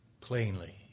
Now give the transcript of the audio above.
plainly